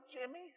Jimmy